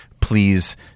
please